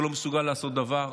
והוא לא מסוגל לעשות דבר.